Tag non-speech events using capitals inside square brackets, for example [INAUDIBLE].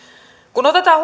kun otetaan [UNINTELLIGIBLE]